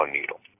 needle